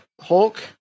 Hulk